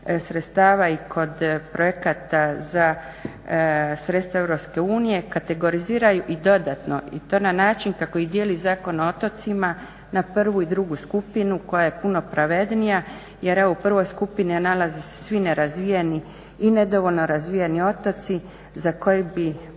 sredstava i kod projekata za sredstva Europske unije kategoriziraju i dodatno i to na način kako ih dijeli Zakon o otocima na prvu i drugu skupina koja je puno pravednija jer evo u prvoj skupini a nalaze se svi nerazvijeni i nedovoljno razvijeni otoci za koje bi